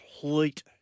complete